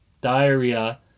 diarrhea